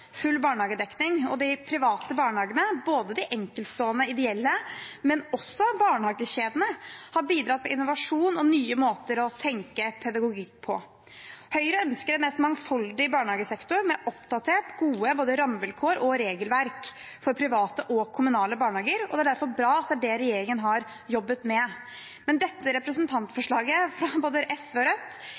full barnehagedekning, og de private barnehagene, ikke bare de enkeltstående ideelle, men også barnehagekjedene, har bidratt til innovasjon og nye måter å tenke pedagogikk på. Høyre ønsker en mest mulig mangfoldig barnehagesektor, med oppdaterte og gode både rammevilkår og regelverk for private og kommunale barnehager, og det er derfor bra at det er det regjeringen har jobbet med. Men for SV og Rødt handler ikke dette representantforslaget